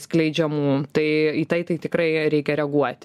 skleidžiamų tai į tai tai tikrai reikia reaguoti